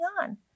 on